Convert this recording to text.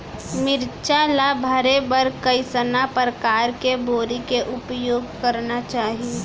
मिरचा ला भरे बर कइसना परकार के बोरी के उपयोग करना चाही?